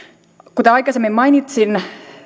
kuten aikaisemmin mainitsin